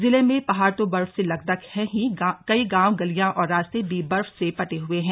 जिले में पहाड़ तो बर्फ से लकदक हैं ही कई गांव गलियां और रास्ते भी बर्फ से पटे हुए हैं